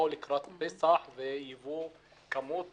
באו לקראת פסח וייבאו כמות,